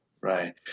right